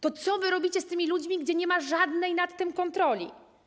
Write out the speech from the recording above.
To co wy robicie z tymi ludźmi, gdy nie ma żadnej nad tym kontroli?